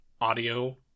audio